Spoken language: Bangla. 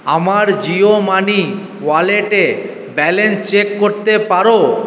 আমার জিও মানি ওয়ালেটে ব্যালেন্স চেক করতে পারো